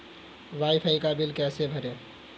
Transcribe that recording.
Wi fi का bill कैसे भरें?